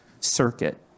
circuit